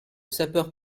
sapeur